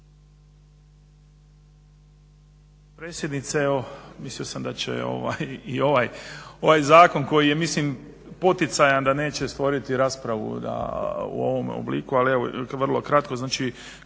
potpredsjednice. Evo mislio sam da će i ovaj zakon koji je mislim poticajan da neće stvoriti raspravu u ovome obliku, ali evo vrlo kratko.